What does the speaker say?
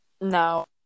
No